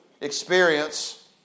experience